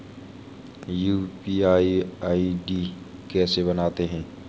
UPI ID कैसे बनाते हैं?